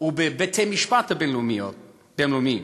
ובבתי-המשפט הבין-לאומיים.